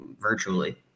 virtually